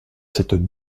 cette